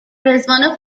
رضوان